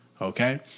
Okay